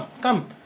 come